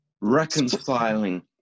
reconciling